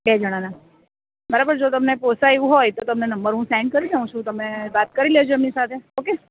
બે જણા ના બરાબર જો તમને પોષાય એવું હોય તો તમને નંબર હુ સેન્ડ કરી દઉ તમે વાત કરી લેજો એમની સાથે ઓકે